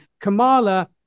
Kamala